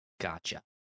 gotcha